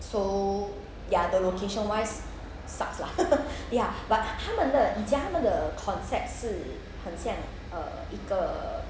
so ya the location wise sucks lah ya but 他们的以前他们的 concept 是很像 uh 一个